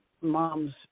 mom's